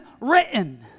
written